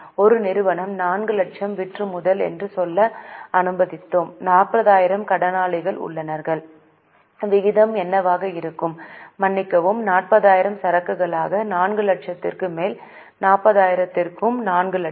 ஒரு நிறுவனம் 4 லட்சம் விற்றுமுதல் என்று சொல்ல அனுமதித்தோம் 40000 கடனாளிகள் உள்ளனர் விகிதம் என்னவாக இருக்கும் மன்னிக்கவும் 40000 சரக்குகளாக 4 லட்சத்திற்கு மேல் 40000 க்கு 4 லட்சம்